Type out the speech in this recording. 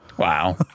Wow